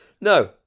No